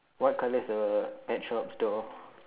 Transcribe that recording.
what colour is the pet shop's door